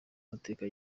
mateka